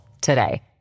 today